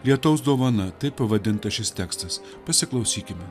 lietaus dovana taip pavadintas šis tekstas pasiklausykime